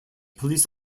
police